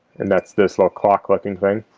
and that's this little clock looking thing